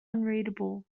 unreadable